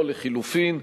או לחלופין,